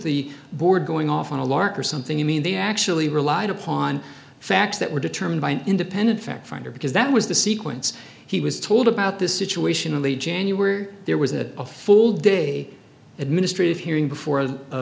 the board going off on a lark or something you mean they actually relied upon facts that were determined by an independent fact finder because that was the sequence he was told about this situation in late january there was a full day administrative hearing before